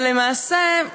אבל למעשה,